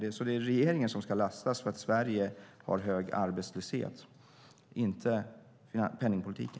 Det är regeringen som ska lastas för att Sverige har hög arbetslöshet, inte penningpolitiken.